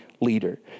leader